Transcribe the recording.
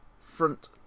front